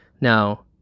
Now